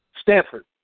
Stanford